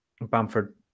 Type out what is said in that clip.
Bamford